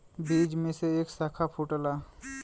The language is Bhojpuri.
बीज में से एक साखा फूटला